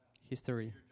History